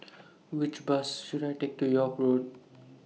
Which Bus should I Take to York Road